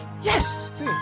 Yes